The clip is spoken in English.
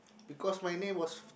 because my name was